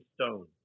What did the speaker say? Stone